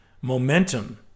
Momentum